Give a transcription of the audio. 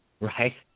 Right